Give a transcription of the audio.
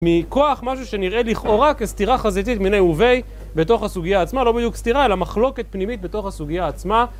מכוח משהו שנראה, לכאורה, כסתירה חזיתית, מנה ובה, בתוך הסוגיה עצמה. לא בדיוק סתירה, אלא מחלוקת פנימית בתוך הסוגיה עצמה.